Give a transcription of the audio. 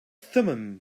thummim